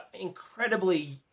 incredibly